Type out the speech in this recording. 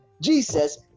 jesus